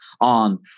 on